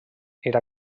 era